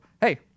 hey